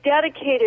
dedicated